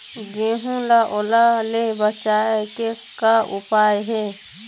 गेहूं ला ओल ले बचाए के का उपाय हे?